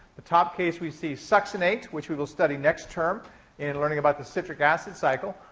the top case, we see succinate, which we will study next term in learning about the citric acid cycle.